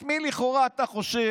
את מי שלכאורה אתה חושב